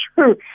true